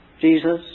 Jesus